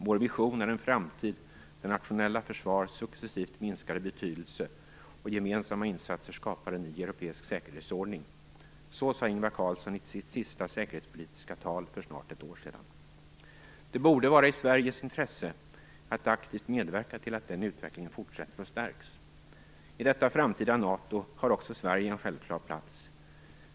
Vår vision är en framtid där nationella försvar successivt minskar i betydelse och gemensamma insatser skapar en ny europeisk säkerhetsordning", sade Ingvar Carlsson i sitt sista säkerhetspolitiska tal för snart ett år sedan. Det borde vara i Sveriges intresse att aktivt medverka till att den utvecklingen fortsätter och stärks. I detta framtida NATO har också Sverige en självklar plats.